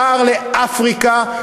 שער לאפריקה,